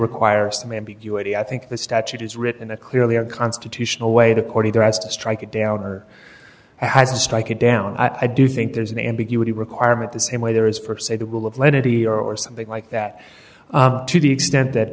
require some ambiguity i think the statute is written that clearly are constitutional way to court either as to strike it down or how to strike it down i do think there's an ambiguity requirement the same way there is per se the rule of lenity or something like that to the extent that